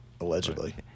Allegedly